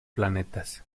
planetas